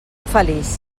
feliç